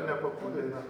nepapuolei dar